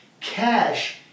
cash